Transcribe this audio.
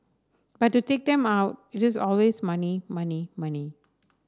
but to take them out it is always money money money